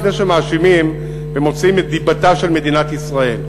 לפני שמאשימים ומוציאים את דיבתה של מדינת ישראל,